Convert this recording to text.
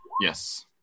Yes